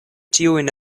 tiujn